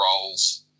roles